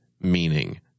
meaning